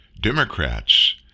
Democrats